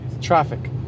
Traffic